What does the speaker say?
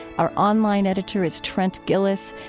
our online editor is trent gilliss.